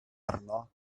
arno